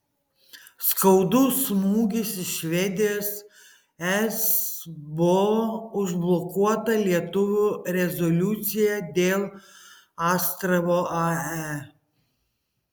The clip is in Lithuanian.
skaudus smūgis iš švedijos esbo užblokuota lietuvių rezoliucija dėl astravo ae